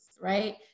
right